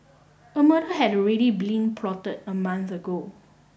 a murder had already been plotted a month ago